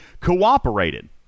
cooperated